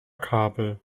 kabel